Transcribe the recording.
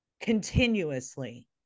continuously